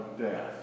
death